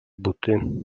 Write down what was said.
buty